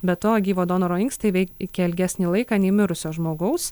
be to gyvo donoro inkstai vei kia ilgesnį laiką nei mirusio žmogaus